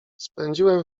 spędziłem